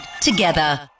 together